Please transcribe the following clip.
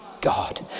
god